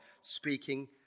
speaking